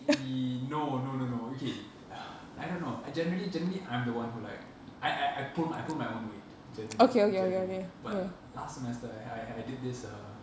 e~ no no no no okay I don't know I generally generally I'm the one who like I I I pull my I pull my own weight generally but last semester I had I had I did this err